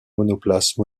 monoplace